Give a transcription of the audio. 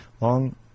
long